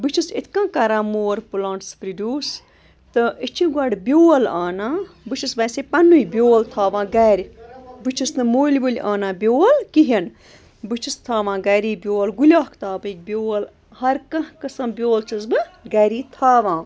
بہٕ چھُس یِتھ کٔنۍ کَران مور پٕلانٛٹٕس پِرٛڈیوٗس تہٕ أسۍ چھِ گۄڈٕ بیول آنان بہٕ چھَس ویسے پَنٛنُے بیول تھاوان گَرِ بہٕ چھُس نہٕ مٔلۍ ؤلۍ آنان بیول کِہیٖنۍ بہٕ چھُس تھاوان گَری بیول گُلہِ آختابٕکۍ بیول ہر کانٛہہ قسٕم بیول چھَس بہٕ گَری تھاوان